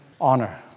honor